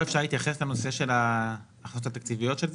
אפשר להתייחס לנושא ההשלכות התקציביות של זה?